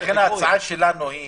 לכן ההצעה שלנו היא